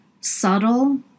subtle